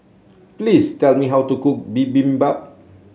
please tell me how to cook Bibimbap